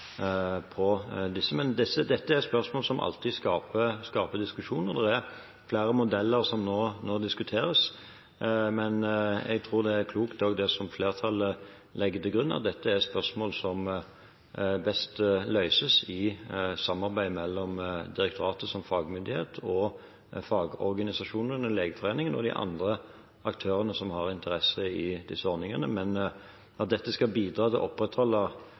på dette. Dette er spørsmål som alltid skaper diskusjon, og det er flere modeller som nå diskuteres. Jeg tror det er klokt, det som flertallet legger til grunn, at dette er spørsmål som best løses i samarbeid mellom direktoratet som fagmyndighet, fagorganisasjonene under Legeforeningen og de andre aktørene som har interesse i disse ordningene. At dette skal bidra til å opprettholde